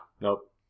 nope